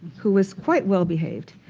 who was quite well-behaved.